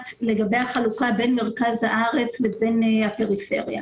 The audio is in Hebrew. לגבי החלוקה בין מרכז הארץ לבין הפריפריה.